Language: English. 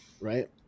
Right